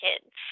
kids